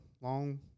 long